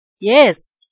Yes